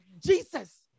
Jesus